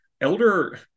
Elder